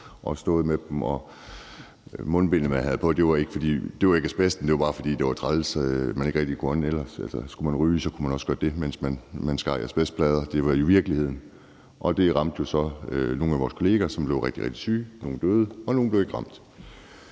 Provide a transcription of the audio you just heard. og stået med den. Mundbindet, man havde på, skyldtes ikke asbesten, men at det var træls, at man ellers ikke rigtig kunne ånde. Og hvis man ville ryge, kunne man også godt det, mens man skar i asbestplader. Det var jo virkeligheden, og det ramte så nogle af vores kollegaer. Nogle blev rigtig, rigtig syge, nogle døde, og nogle blev ikke ramt.